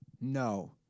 no